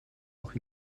auch